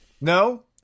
No